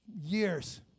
years